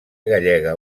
gallega